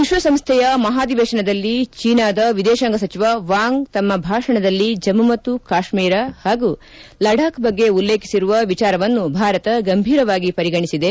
ವಿಶ್ವಸಂಸ್ಥೆಯ ಮಹಾಧಿವೇಶನದಲ್ಲಿ ಚೀನಾದ ವಿದೇಶಾಂಗ ಸಚಿವ ವಾಂಗ್ ತಮ್ಮ ಭಾಷಣದಲ್ಲಿ ಜಮ್ಮ ಮತ್ತು ಕಾಶ್ಮೀರ ಹಾಗೂ ಲಡಾಖ್ ಬಗ್ಗೆ ಉಲ್ಲೇಖಿರುವ ವಿಚಾರವನ್ನು ಭಾರತ ಗಂಭೀರವಾಗಿ ಪರಿಗಣಿಸಿದೆ